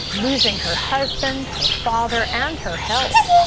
losing her husband, her father and her health.